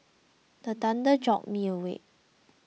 the thunder jolt me awake